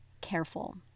careful